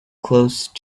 close